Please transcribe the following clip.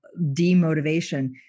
demotivation